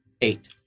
eight